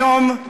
היום,